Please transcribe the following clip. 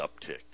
uptick